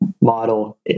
model